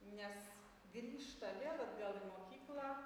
nes grįžta vėl atgal į mokyklą